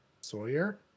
Sawyer